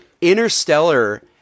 interstellar